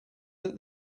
that